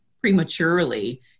prematurely